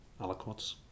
aliquots